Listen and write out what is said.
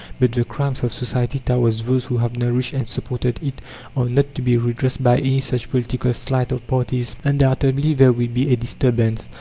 but the crimes of society towards those who have nourished and supported it are not to be redressed by any such political sleight of parties. undoubtedly there will be a disturbance,